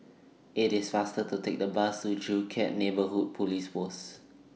IT IS faster to Take The Bus to Joo Chiat Neighbourhood Police Post